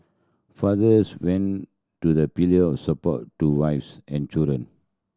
fathers went to the pillar of support to wives and children